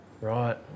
Right